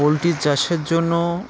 পোলট্রির চাষের জন্য